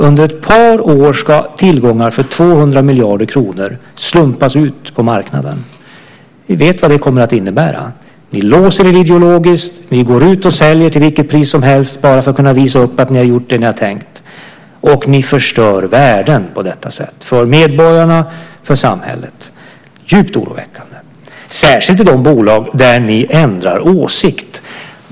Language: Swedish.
Under ett par år ska tillgångar för 200 miljarder kronor slumpas ut på marknaden. Vi vet vad det kommer att innebära. Ni låser er ideologiskt. Ni går ut och säljer till vilket pris som helst bara för att kunna visa upp att ni har gjort det som ni har tänkt. Och ni förstör värden på detta sätt för medborgarna och för samhället. Det är djupt oroväckande, särskilt i de bolag där ni ändrar åsikt.